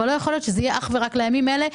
אבל לא יכול להיות שזה יהיה אך ורק לימים אלה,